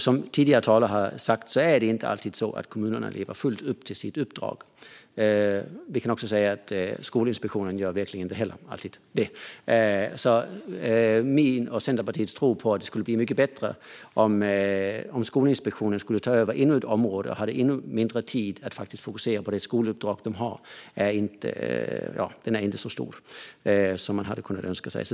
Som tidigare talare har sagt är det inte alltid så att kommunerna lever upp till sitt uppdrag. Inte heller Skolinspektionen gör alltid det. Min och Centerpartiets tro på att det skulle bli bättre om Skolinspektionen tog över ännu ett område och hade ännu mindre tid att fokusera på skoluppdraget är inte så stor som man hade kunnat önska sig.